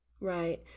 Right